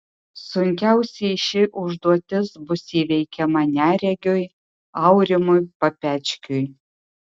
sunkiausiai ši užduotis bus įveikiama neregiui aurimui papečkiui